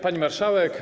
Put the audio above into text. Pani Marszałek!